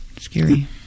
Scary